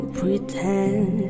pretend